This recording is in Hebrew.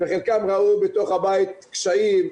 שחלקם ראו בתוך הבית קשיים,